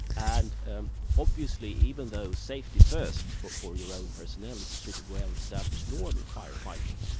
and ah obviously even though safety first for for your own personnel is a pretty well established norm in firefighting,